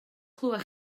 clywed